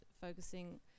focusing